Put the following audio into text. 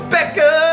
Becca